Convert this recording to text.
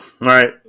right